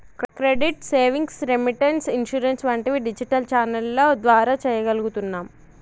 credit, savings, remittance, insurance వంటివి digital ఛానెల్ల ద్వారా చెయ్యగలుగుతున్నాం